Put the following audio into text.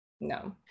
no